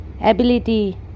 Ability